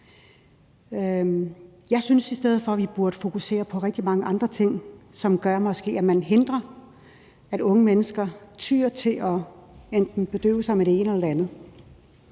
stedet for, at vi burde fokusere på rigtig mange andre ting, som måske gør, at man hindrer, at unge mennesker tyer til at bedøve sig med enten det ene eller det andet.